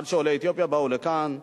עד שעולי אתיופיה באו לכאן,